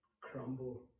crumble